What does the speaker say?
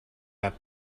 that